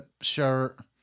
shirt